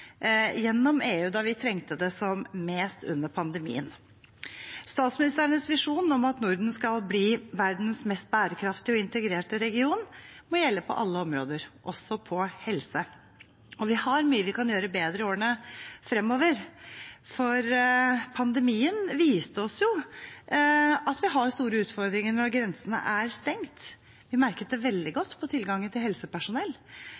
gjennom EU da vi trengte det som mest under pandemien. Statsministrenes visjon om at Norden skal bli verdens mest bærekraftige og integrerte region, må gjelde på alle områder, også på helseområdet, og vi har mye vi kan gjøre bedre i årene fremover, for pandemien viste oss at vi har store utfordringer når grensene er stengt. Vi merket det veldig godt på tilgangen til helsepersonell.